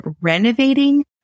renovating